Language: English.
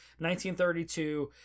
1932